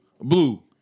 Blue